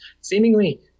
seemingly